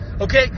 Okay